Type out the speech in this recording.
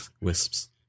wisps